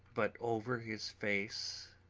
but over his face,